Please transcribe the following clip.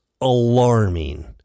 alarming